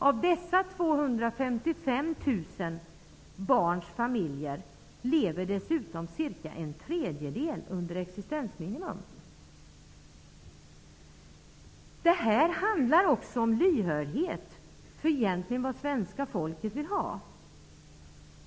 Av dessa 255 000 barns familjer lever dessutom cirka en tredjedel under existensminimum. Det här handlar också om lyhördhet inför vad svenska folket egentligen vill ha.